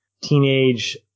teenage